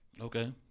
Okay